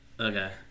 Okay